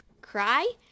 cry